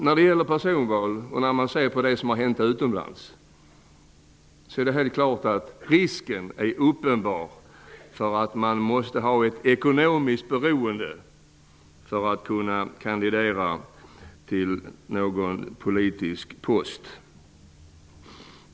Vid personval är -- vi har ju sett vad som har hänt utomlands -- risken uppenbar för ett ekonomiskt beroende för att kunna kandidera till någon politisk post.